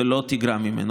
ולא תחמיר אותו.